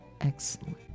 excellent